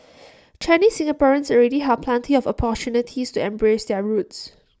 Chinese Singaporeans already have plenty of opportunities to embrace their roots